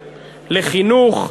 לחינוך,